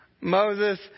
Moses